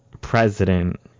president